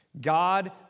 God